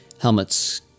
Helmet's